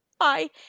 I—